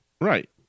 Right